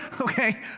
Okay